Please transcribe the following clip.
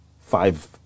five